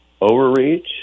overreach